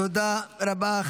תודה רבה.